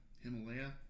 Himalaya